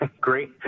great